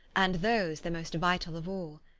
and those the most vital of all.